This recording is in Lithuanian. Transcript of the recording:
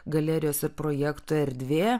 galerijos ir projektų erdvė